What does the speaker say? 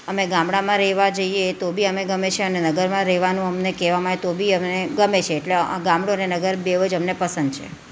અમે ગામડામાં રહેવા જઈએ તો બી અમે ગમે છે અને નગરમાં રહેવાનું અમને કહેવામાં આવે તો બી અમને ગમે છે એટલે ગામડું અને નગર બેઉ જ અમને પસંદ છે